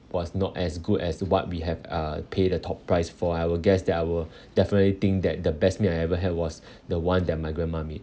was not as good as what we have uh pay the top price for I will guess that I will definitely think that the best meat that I ever had was the one that my grandma made